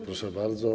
Proszę bardzo.